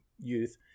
youth